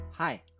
Hi